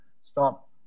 stop